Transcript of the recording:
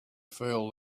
feel